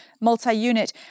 multi-unit